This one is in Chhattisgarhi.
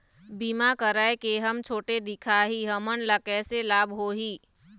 बीमा कराए के हम छोटे दिखाही हमन ला कैसे लाभ होही?